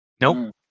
Nope